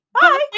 Bye